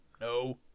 no